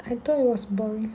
I thought I was born